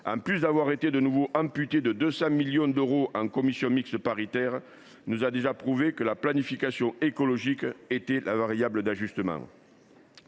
en plus d’avoir été de nouveau amputée de 200 millions d’euros en commission mixte paritaire, nous a déjà prouvé que la planification écologique était la variable d’ajustement.